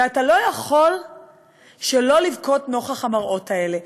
ואתה לא יכול שלא לבכות נוכח המראות האלה.